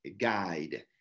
guide